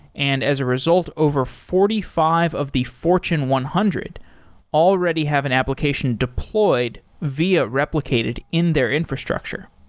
and as a result, over forty five of the fortune one hundred already have an application deployed via replicated in their infrastructure.